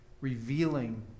revealing